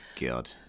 God